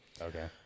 Okay